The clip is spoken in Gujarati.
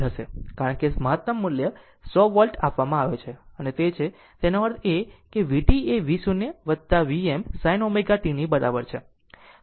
કારણ કે મહત્તમ મુલ્ય 100 વોલ્ટ આપવામાં આવે છે અને તે છે તેનો અર્થ એ કે vt એ V0 Vm sin ω t બરાબર છે